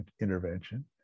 intervention